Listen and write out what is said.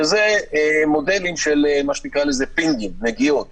שזה מודל שנקרא "פינגים" נגיעות